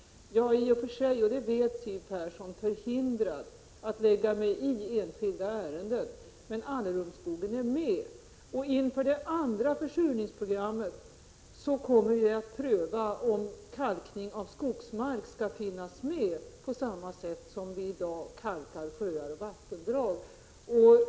Jag är i och för sig — och det vet Siw Persson — förhindrad att lägga mig i enskilda ärenden men Allerumsskogen är med, och inför det andra försurningsprogrammet kommer vi att pröva om kalkning av skogsmark skall finnas med på samma sätt som vi i dag kalkar sjöar och vattendrag.